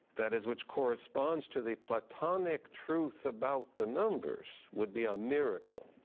that is which corresponds to the platonic truth about the numbers, would be a miracle.